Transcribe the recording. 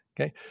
okay